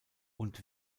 und